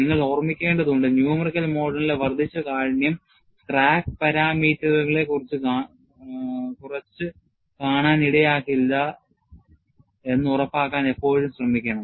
നിങ്ങൾ ഓർമ്മിക്കേണ്ടതുണ്ട് numerical മോഡലിന്റെ വർദ്ധിച്ച കാഠിന്യം crack പാരാമീറ്ററുകളെ കുറച്ചുകാണാൻ ഇടയാക്കില്ലെന്ന് ഉറപ്പാക്കാൻ എപ്പോഴും ശ്രദ്ധിക്കണം